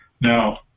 Now